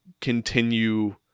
continue